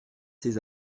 six